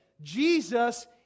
Jesus